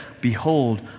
behold